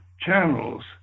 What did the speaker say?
channels